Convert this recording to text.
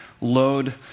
load